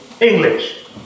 English